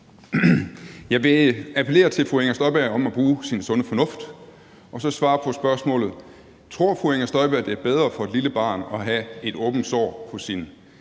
Jeg vil appellere til fru Inger Støjberg om at bruge sin sunde fornuft og så svare på spørgsmålet: Tror fru Inger Støjberg, det er bedre for et lille barn at have et åbent sår på sin